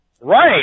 Right